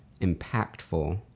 impactful